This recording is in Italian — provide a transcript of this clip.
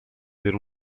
per